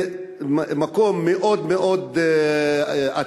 זה מקום מאוד מאוד עתיק,